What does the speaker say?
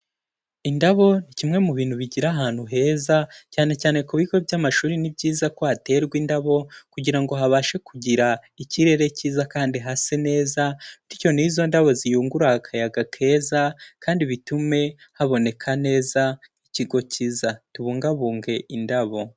Indabo ni kimwe mu bintu bigira ahantu heza cyane cyane ku bigo by'amashuri ni byiza ko haterwa indabo kugira ngo habashe kugira ikirere kiza kandi hase neza bityo n'izo ndabo ziyungurure akayaga keza kandi bitume haboneka neza ikigo kiza. Tubungabunge indabo.